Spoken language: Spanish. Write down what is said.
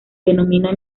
denomina